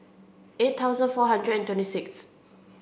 eight thousand four hundred and twenty sixth